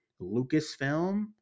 Lucasfilm